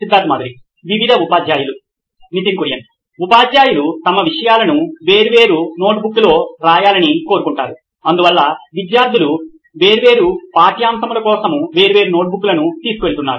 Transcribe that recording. Siddharth Maturi CEO నోయిన్ electronics వివిధ ఉపాధ్యాయులు నితిన్ కురియన్ COO నోయిన్ ఎలక్ట్రానిక్స్ ఉపాధ్యాయులు తమ విషయాలను వేర్వేరు నోట్బుక్స్లో రాయాలని కోరుకుంటారు అందువల్ల విద్యార్థులు వేర్వేరు పాఠ్యాంశముల కోసం వేర్వేరు నోట్బుక్లను తీసుకువెళుతున్నారు